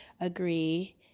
agree